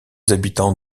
habitants